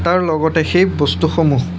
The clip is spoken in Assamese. তাৰ লগতে সেই বস্তুসমূহ